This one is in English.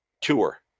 tour